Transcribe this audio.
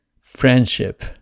friendship